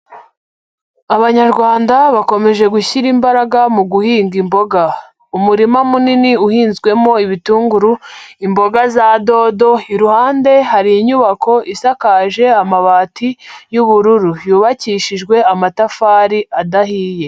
Abanyarwanda bakomeje gushyira imbaraga mu guhinga imboga, umurima munini uhinzwemo ibitunguru, imboga za dodo, iruhande hari inyubako isakaje amabati y'ubururu yubakishijwe amatafari adahiye.